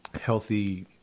healthy